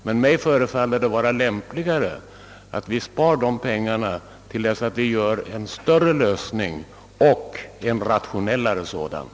För mig förefaller det dock vara lämpligare att spara dessa pengar till dess att vi får en större och rationellare lösning.